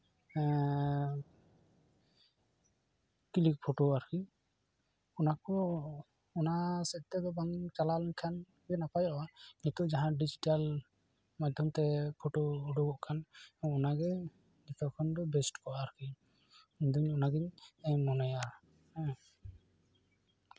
click photo ᱟᱨᱠᱤ ᱚᱱᱟ ᱠᱚ ᱚᱱᱟ ᱥᱮᱫ ᱛᱮᱫᱚ ᱵᱟᱝ ᱪᱟᱞᱟᱣ ᱞᱮᱱᱠᱷᱟᱱ ᱜᱮ ᱱᱟᱯᱟᱭᱚᱜᱼᱟ ᱱᱤᱛᱳᱜ ᱡᱟᱦᱟᱸ ᱰᱤᱡᱤᱴᱮᱞ ᱢᱟᱫᱽᱫᱷᱚᱢᱛᱮ ᱯᱷᱚᱴᱳ ᱩᱰᱩᱜᱚᱜ ᱠᱟᱱ ᱚᱱᱟᱜᱮ ᱡᱚᱛᱚ ᱠᱷᱚᱱ ᱫᱚ ᱵᱮᱥᱴ ᱠᱚᱜᱼᱟ ᱟᱨᱠᱤ ᱤᱧ ᱫᱚ ᱚᱱᱟᱜᱤᱧ ᱢᱚᱱᱮᱭᱟ